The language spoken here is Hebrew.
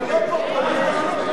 זה פוליטי.